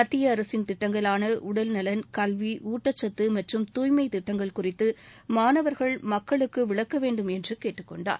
மத்திய அரசின் திட்டங்களான உடல்நலன் கல்வி ஊட்டச்சத்து மற்றும் தூய்மை திட்டங்கள் குறித்து மாணவர்கள் மக்களுக்கு விளக்க வேண்டும் என்று கேட்டுக்கொண்டார்